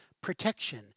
protection